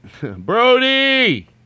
Brody